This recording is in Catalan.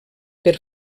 per